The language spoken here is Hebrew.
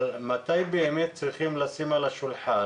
אבל מתי ישימו על השולחן